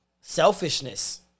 selfishness